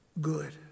good